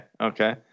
Okay